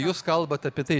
jūs kalbat apie tai